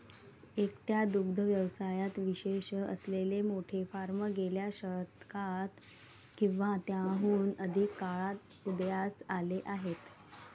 एकट्या दुग्ध व्यवसायात विशेष असलेले मोठे फार्म गेल्या शतकात किंवा त्याहून अधिक काळात उदयास आले आहेत